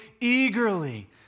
eagerly